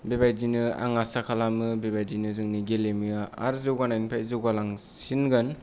बेबायदिनो आं आसा खालामो बेबायदिनो जोंनि गेलेमुआ आरो जौगानायनिफ्राय जौगालांसिनगोन